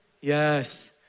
yes